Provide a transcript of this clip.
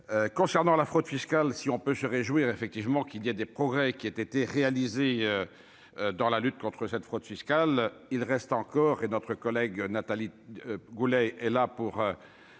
concernant la fraude fiscale, si on peut se réjouir, effectivement, qu'il y a des progrès qui a été réalisé dans la lutte contre cette fraude fiscale, il reste encore, et notre collègue Nathalie Goulet est là pour,